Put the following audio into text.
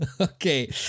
Okay